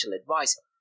advice